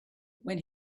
when